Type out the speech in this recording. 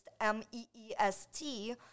M-E-E-S-T